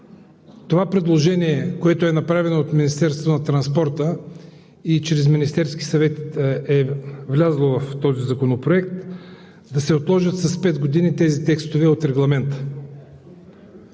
това предложение, което е направено от Министерството на транспорта и чрез Министерския съвет, е влязло в този законопроект, да се отложат с пет години текстовете от Регламента.